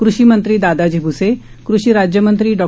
कृषिमंत्री दादाजी भ्से कृषी राज्यमंत्री डॉ